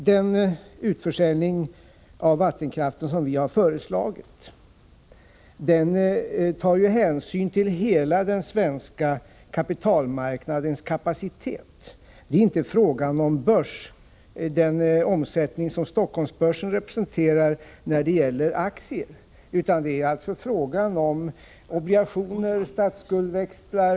Den utförsäljning av vattenkraften som vi har föreslagit tar faktiskt hänsyn till hela den svenska kapitalmarknadens kapacitet. Det är alltså meningslöst att hänvisa till omsättningen på Stockholmsbörsen.